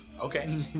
Okay